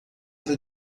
era